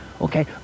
Okay